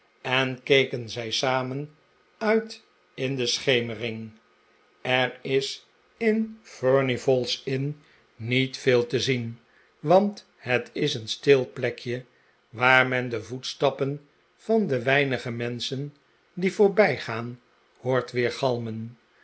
en keken zij samen uit in de schemering er is in furnival's inn niet veel te zien want het is een stil plekje waar men de voetstappen van de weinige menschen die voorbijgaan hoort